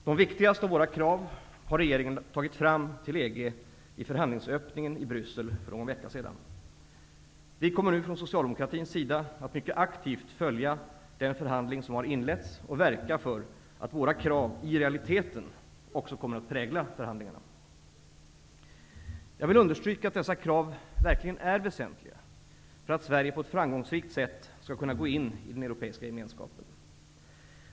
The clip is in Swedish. De viktigaste av våra krav har regeringen tagit fram till EG i förhandlingsöppningen i Bryssel för en vecka sedan. Vi kommer nu från socialdemokratins sida att mycket aktivt följa den förhandling som har inletts och verka för att våra krav i realiteten också kommer att prägla förhandlingarna. Jag vill understryka att dessa krav verkligen är väsentliga för att Sverige på ett framgångsrikt sätt skall kunna gå in i den europeiska gemenskapen.